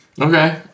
okay